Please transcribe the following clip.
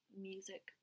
music